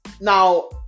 now